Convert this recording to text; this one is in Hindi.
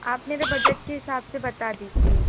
आप मेरे बजट के हिसाब से बता दीजिए